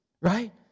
right